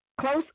Close